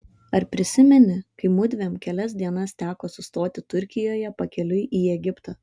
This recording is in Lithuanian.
ar prisimeni kai mudviem kelias dienas teko sustoti turkijoje pakeliui į egiptą